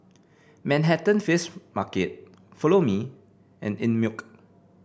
Manhattan Fish Market Follow Me and Einmilk